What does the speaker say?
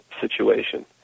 situation